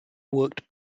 worked